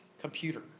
computer